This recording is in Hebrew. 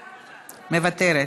מוותרת,